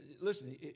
Listen